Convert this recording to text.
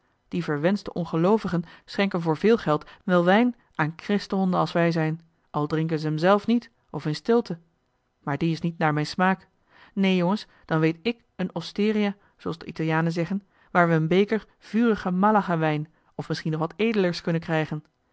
die verwenschte ongeloovigen schenken voor veel geld wel wijn aan christenhonden als wij zijn al drinken ze'm zelf niet of in stilte maar die is niet naar mijn smaak neen jongens dan weet ik een osteria zooals de italianen zeggen waar we een beker vurigen malaga wijn of misschien nog wat edelers kunnen krijgen